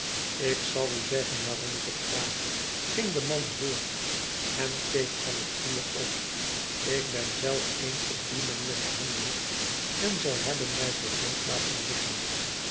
lik zal u zeggen waarom ik het vraag ging de man voort en keek van het vuur op ik ben zelf eens op die manier behandeld en zij hebben mij voor dood laten liggen